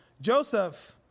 Joseph